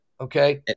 okay